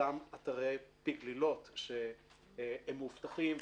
באתרי פי גלילות, שהם מאובטחים ומוגנים.